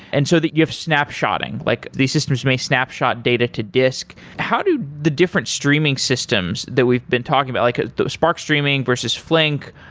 and so that you have snapshotting. like the systems may snapshot data to disk how do the different streaming systems that we've been talking about, like ah the spark streaming versus flink,